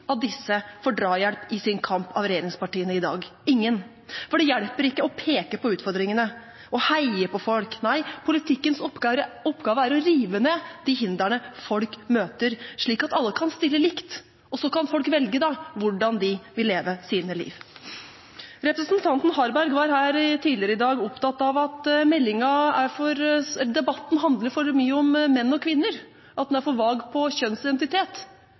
av disse får drahjelp i sin kamp av regjeringspartiene i dag – ingen. For det hjelper ikke å peke på utfordringene og heie på folk. Nei, politikkens oppgave er å rive ned de hindrene folk møter, slik at alle kan stille likt, og så kan folk velge hvordan de vil leve sitt liv. Representanten Harberg var tidligere i dag opptatt av at debatten handler for mye om menn og kvinner, at den er for vag på kjønnsidentitet.